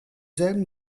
selben